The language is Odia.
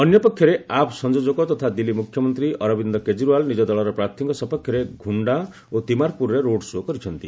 ଅନ୍ୟପକ୍ଷରେ ଆପ୍ ସଂଯୋଜକ ତଥା ଦିଲ୍ଲୀ ମୁଖ୍ୟମନ୍ତ୍ରୀ ଅରବନ୍ଦ କେଜରିୱାଲ ନିଜ ଦଳର ପ୍ରାର୍ଥୀଙ୍କ ସପକ୍ଷରେ ଘୁଣ୍ଡା ଓ ତିମାରପୁରରେ ରୋଡ ସୋ କରିଛନ୍ତି